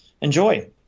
enjoy